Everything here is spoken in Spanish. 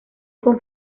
con